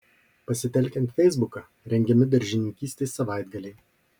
pasitelkiant feisbuką rengiami daržininkystės savaitgaliai